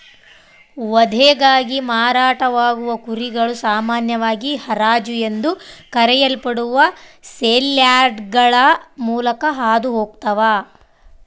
ವಧೆಗಾಗಿ ಮಾರಾಟವಾಗುವ ಕುರಿಗಳು ಸಾಮಾನ್ಯವಾಗಿ ಹರಾಜು ಎಂದು ಕರೆಯಲ್ಪಡುವ ಸೇಲ್ಯಾರ್ಡ್ಗಳ ಮೂಲಕ ಹಾದು ಹೋಗ್ತವ